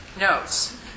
notes